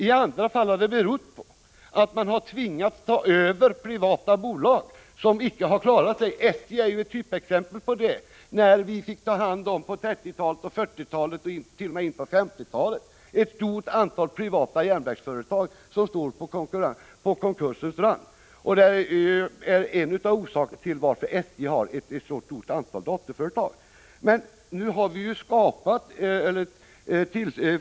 I andra fall har man tvingats ta över privata bolag som icke har klarat sig. SJ är ett typexempel på det. På 1930-, 1940 och t.o.m. in på 1950-talet fick vi köpa in ett stort antal privata järnvägsföretag som stod på konkursens rand. Det är en av orsakerna till att SJ har ett så stort antal dotterföretag.